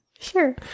sure